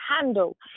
handle